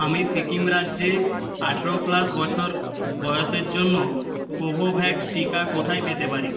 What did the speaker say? আমি সিকিম রাজ্যে আঠেরো প্লাস বছর বয়সের জন্য কোভোভ্যাক্স টিকা কোথায় পেতে পারি